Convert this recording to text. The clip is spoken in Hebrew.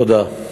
תודה.